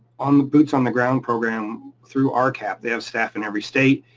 on the boots on the ground program through ah rcap. they have staff in every state,